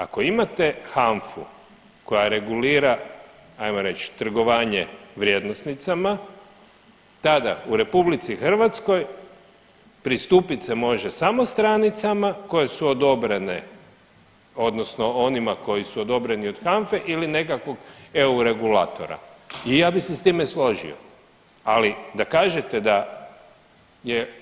Ako imate HANFA-u koja regulira, ajmo reći trgovanje vrijednosnicama tada u RH pristupit se može samo stranicama koje su odobrene odnosno onima koji su odobreni od HANFA-e ili nekakvog eu regulatora i ja bi se s time složio, ali da kažete da je